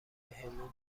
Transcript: بهمون